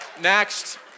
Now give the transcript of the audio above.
Next